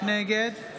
נגד